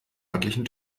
örtlichen